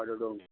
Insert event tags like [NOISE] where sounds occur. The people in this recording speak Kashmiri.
[UNINTELLIGIBLE]